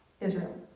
Israel